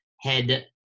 head